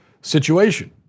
situation